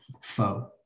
foe